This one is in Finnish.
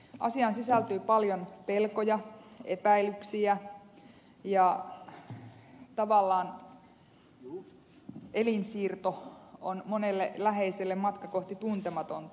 asiaan sisältyy paljon pelkoja epäilyksiä ja tavallaan elinsiirto on monelle läheiselle matka kohti tuntematonta